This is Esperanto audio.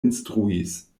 instruis